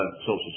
Social